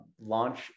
launch